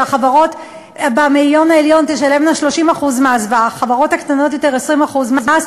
שהחברות במאיון העליון תשלמנה 30% מס והחברות הקטנות יותר 20% מס,